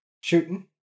Shooting